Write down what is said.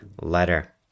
letter